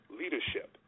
leadership